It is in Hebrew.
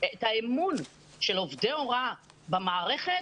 את האמון של עובדי הוראה במערכת